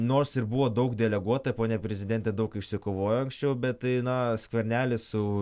nors ir buvo daug deleguota ponia prezidentė daug išsikovojo anksčiau bet tai na skvernelis su